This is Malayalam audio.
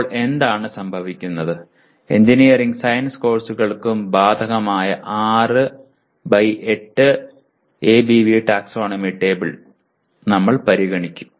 ഇപ്പോൾ എന്താണ് സംഭവിക്കുന്നത് എഞ്ചിനീയറിംഗ് സയൻസ് കോഴ്സുകൾക്കും ബാധകമായ 6 ബൈ 8 എബിവി ടാക്സോണമി ടേബിൾ നമ്മൾ പരിഗണിക്കും